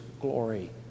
glory